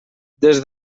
des